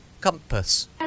Compass